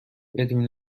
بدون